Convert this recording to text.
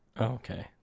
Okay